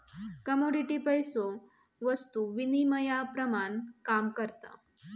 commodity पैसो वस्तु विनिमयाप्रमाण काम करता